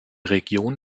region